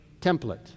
template